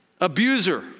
Abuser